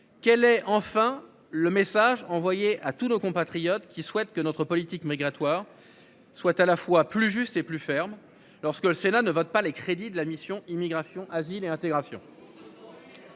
Quel est enfin le message envoyé à tous nos compatriotes qui souhaite que notre politique migratoire, soit à la fois plus juste et plus ferme. Lorsque le Sénat ne votent pas les crédits de la mission Immigration, asile et intégration.